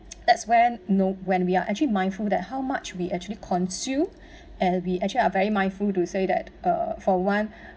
that's when no when we are actually mindful that how much we actually consume and we actually are very mindful to say that uh for one